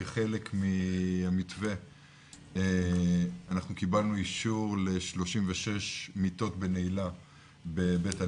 כחלק מהמתווה אנחנו קיבלנו אישור ל-36 מיטות בנעילה ב'בית הנער',